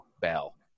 Bell